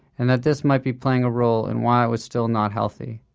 and that this might be playing a role in why i was still not healthy.